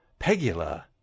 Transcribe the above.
Pegula